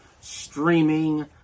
streaming